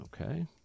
Okay